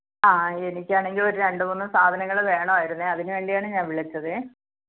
ആ എനിക്കാണെങ്കിൽ ഒരു രണ്ട് മൂന്ന് സാധനങ്ങൾ വേണമായിരുന്നു അതിനുവേണ്ടിയാണ് ഞാൻ വിളിച്ചത്